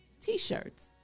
T-shirts